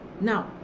now